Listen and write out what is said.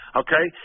okay